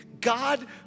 God